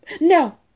no